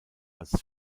als